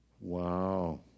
Wow